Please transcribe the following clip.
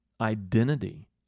Identity